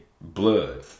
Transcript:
blood